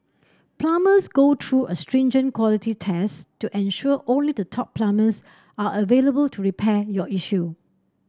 plumbers go through a stringent quality test to ensure only the top plumbers are available to repair your issue